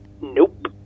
Nope